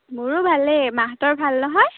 মোৰো ভালেই মাহঁতৰ ভাল নহয়